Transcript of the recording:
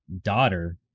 daughter